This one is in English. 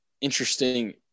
interesting